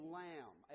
lamb